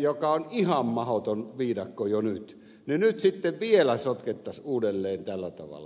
jotka ovat ihan mahdoton viidakko jo nyt ja nyt sitten vielä sotkettaisiin uudelleen tällä tavalla